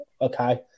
okay